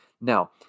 Now